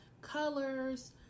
colors